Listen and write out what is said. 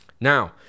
Now